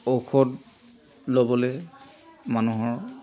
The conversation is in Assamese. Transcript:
ঔষধ ল'বলৈ মানুহৰ